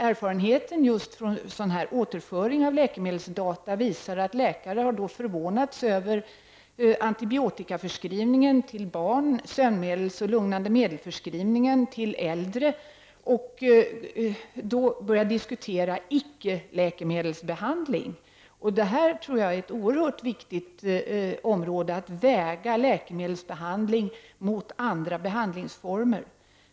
Erfarenheten från återföring av läkemedelsdata visar att läkare har förvånats över antibiotikaförskrivningen till barn och förskrivningen av sömnmedel och lugnande medel till äldre, och då börjat diskutera ”icke-läkemedelsbehandling”. Jag tror att detta är oerhört viktigt — att väga läkemedelsbehandling mot andra behandlingsformer.